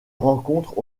rencontrent